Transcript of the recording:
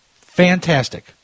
fantastic